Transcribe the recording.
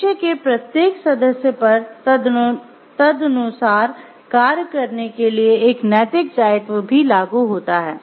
पेशे के प्रत्येक सदस्य पर तदनुसार कार्य करने के लिए एक नैतिक दायित्व भी लागू होता है